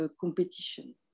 competition